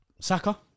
Saka